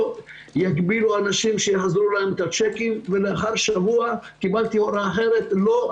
יגבילו אנשים שיחזרו להם הצ'קים ולאחר שבוע התקבלה הוראה אחרת לא,